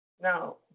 Now